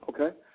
Okay